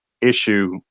issue